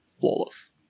flawless